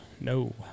no